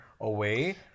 away